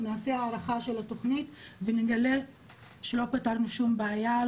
זה כמו תופעת